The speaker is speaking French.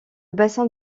bassin